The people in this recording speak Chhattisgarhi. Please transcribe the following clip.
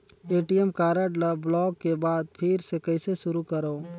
ए.टी.एम कारड ल ब्लाक के बाद फिर ले कइसे शुरू करव?